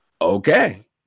Okay